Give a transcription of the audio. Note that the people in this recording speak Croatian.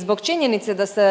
zbog činjenice da se,